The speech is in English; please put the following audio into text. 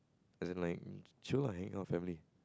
as in like chill lah hang out with family